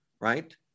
right